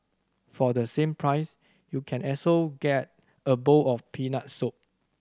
for the same price you can also get a bowl of peanut soup